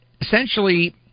essentially